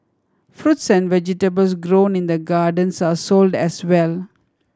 fruits and vegetables grown in the gardens are sold as well